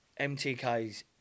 MTKs